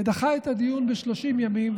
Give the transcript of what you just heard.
ודחה את הדיון ב-30 ימים.